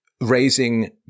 raising